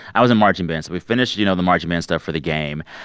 i was in marching band, so we finished, you know, the marching band stuff for the game.